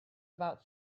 about